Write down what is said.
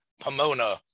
Pomona